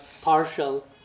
partial